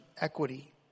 equity